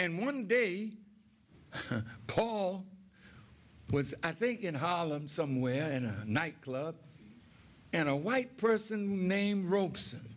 and one day paul was i think in harlem somewhere in a nightclub and a white person named ropes